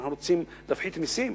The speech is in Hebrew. אנחנו רוצים להפחית מסים?